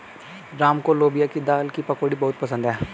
राम को लोबिया की दाल की पकौड़ी बहुत पसंद हैं